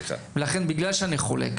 לכן, בגלל שאני חולק